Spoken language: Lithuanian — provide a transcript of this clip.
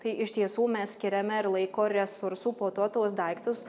tai iš tiesų mes skiriame ir laiko resursų po to tuos daiktus